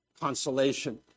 consolation